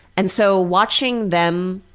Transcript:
and so watching them,